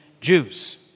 Jews